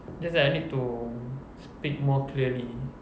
just that I need to speak more clearly